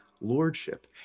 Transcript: lordship